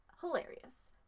hilarious